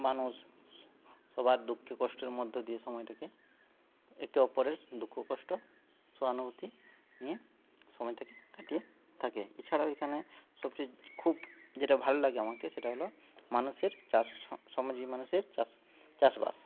মানুষ সবার দুঃখের কষ্টের মধ্যে দিয়ে সময়টাকে একে অপরের দুঃখ কষ্ট সহানুভুতি নিয়ে সময়টাকে কাটিয়ে থাকে এছাড়াও এখানে সবচেয়ে খুব যেটা ভালো লাগে আমাকে সেটা হল মানুষের সমাজের মানুষের চাষবাস